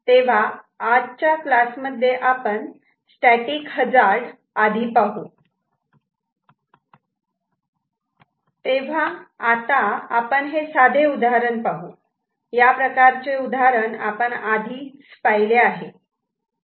तेव्हा आजच्या क्लासमध्ये आपण स्टॅटिक हजार्ड आधी पाहू तेव्हा आता आपण हे साधे उदाहरण पाहू या प्रकारचे उदाहरण आपण आधीच पाहिले आहे